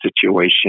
situation